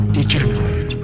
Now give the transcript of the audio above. Degenerate